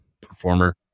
performer